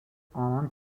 آنان